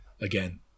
Again